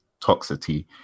toxicity